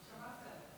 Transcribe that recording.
מה שלומך?